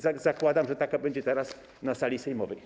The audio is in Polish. Zakładam, że tak będzie teraz na sali sejmowej.